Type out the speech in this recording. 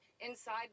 inside